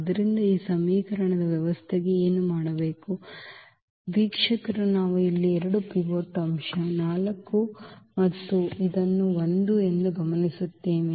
ಆದ್ದರಿಂದ ಈ ಸಮೀಕರಣದ ವ್ಯವಸ್ಥೆಗೆ ಏನು ಮಾಡಬೇಕು ವೀಕ್ಷಕರು ನಾವು ಇಲ್ಲಿ 2 ಪಿವೋಟ್ ಅಂಶ 4 ಮತ್ತು ಇದನ್ನೂ 1 ಎಂದು ಗಮನಿಸುತ್ತೇವೆ